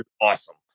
awesome